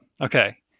Okay